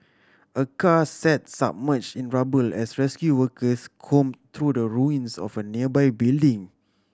a car sat submerged in rubble as rescue workers combed through the ruins of a nearby building